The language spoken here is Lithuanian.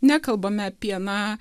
nekalbame apie na